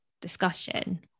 discussion